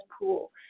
pool